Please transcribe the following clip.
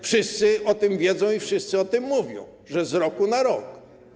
Wszyscy o tym wiedzą i wszyscy o tym mówią: z roku na rok.